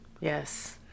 Yes